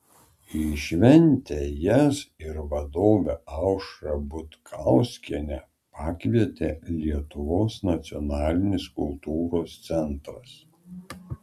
į šventę jas ir vadovę aušrą butkauskienę pakvietė lietuvos nacionalinis kultūros centras